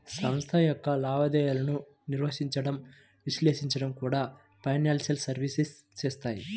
సంస్థ యొక్క లావాదేవీలను నిర్వహించడం, విశ్లేషించడం కూడా ఫైనాన్షియల్ సర్వీసెస్ చేత్తాయి